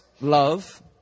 love